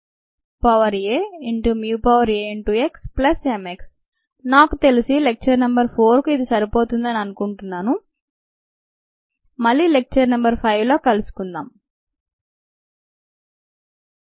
Telugu key words bio రియాక్టర్లు cells molecules metabolism cell bonding algae starch కృత్రిమ అవయవాలు bio products ప్రోటీన్లు జన్యు సిద్ధాంతం genetical process oxygen carbon dioxide glucose cellulose chemical reaction English KEY WORDS